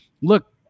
look